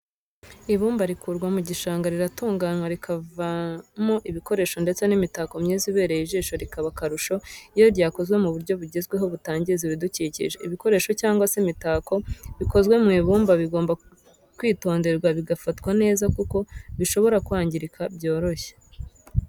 Ibumba rikurwa mu gishanga riratunganywa rikavamo ibikoresho ndetse n'imitako myiza ibereye ijisho bikaba akarusho iyo byakozwe mu buryo bugezweho butangiza ibidukikije. ibikoresho cyangwa se imitako bikozwe mu ibumba bigomba kwitonderwa bigafatwa neza kuko bishobora kwangirika byoroshye.